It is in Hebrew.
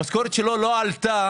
המשכורת שלו לא עלתה